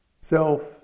Self